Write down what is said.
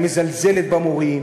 היא מזלזלת במורים,